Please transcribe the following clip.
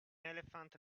elephant